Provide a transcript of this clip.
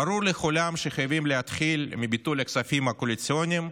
ברור לכולם שחייבים להתחיל מביטול הכספים הקואליציוניים,